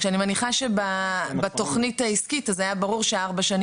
כשאני מניחה שבתכנית העסקית היה ברור שארבע השנים